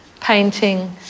painting